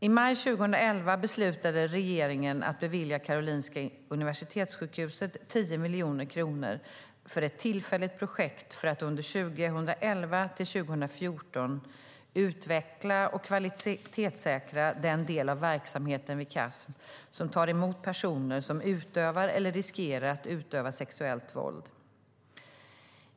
I maj 2011 beslutade regeringen att bevilja Karolinska Universitetssjukhuset 10 miljoner kronor för ett tillfälligt projekt för att under 2011-2014 utveckla och kvalitetssäkra den del av verksamheten vid Casm som tar emot personer som utövar eller riskerar att utöva sexuellt våld.